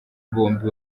bombi